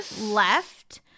left